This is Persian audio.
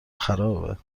خرابه